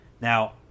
Now